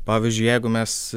pavyzdžiui jeigu mes